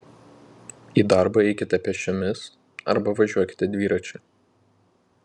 į darbą eikite pėsčiomis arba važiuokite dviračiu